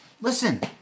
listen